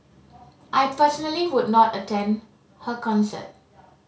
I personally would not attend her concert